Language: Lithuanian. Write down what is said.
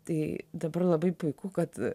tai dabar labai puiku kad